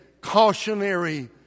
cautionary